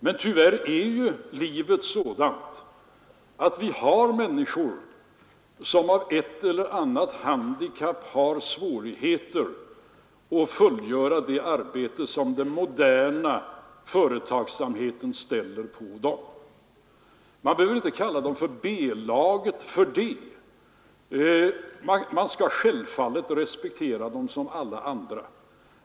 Men tyvärr är livet sådant att vi har människor som på grund av ett eller annat handikapp har svårigheter att fullgöra det arbete som den moderna företagsamheten ställer krav på. Man behöver inte kalla dem för B-laget för det. Man skall självfallet respektera dem som alla andra.